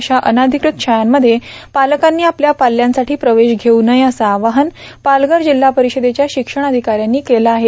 अशा अनधिकृत शाळांमध्ये पालकांनी आपल्या पाल्यांसाठी प्रवेश घेऊ नये असं आवाहन पालघर जिल्हा परिषदेच्या शिक्षणाधिकाऱ्यांनी केलं आहे